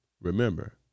Remember